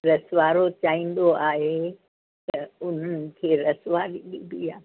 रस वारो चाहींदो आहे त उन्हनि खे रस वारी ॾिबी आहे